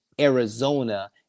Arizona